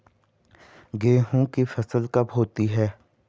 गेहूँ की फसल कब होती है?